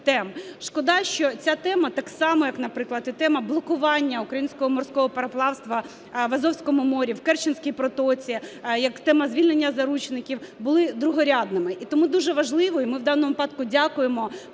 Шкода, що ця тема так само, як, наприклад, тема блокування Українського морського пароплавства в Азовському морі, в Керченській протоці як і тема звільнення заручників були другорядними. І тому дуже важливо, і ми в даному випадку дякуємо